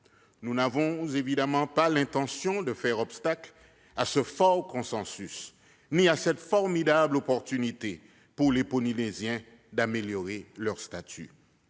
Nous n'avons évidemment pas l'intention de faire obstacle à ce fort consensus ni à cette formidable opportunité pour les Polynésiens d'améliorer leur statut.